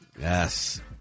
Yes